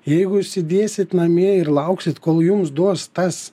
jeigu sėdėsit namie ir lauksit kol jums duos tas